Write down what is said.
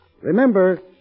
Remember